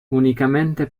unicamente